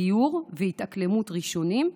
גיור והתאקלמות ראשוניים,